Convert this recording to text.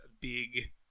big